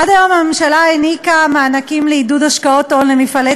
עד היום הוענקו מענקים לעידוד השקעות הון למפעלי